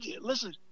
Listen